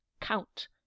Count